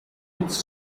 its